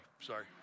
sorry